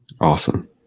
Awesome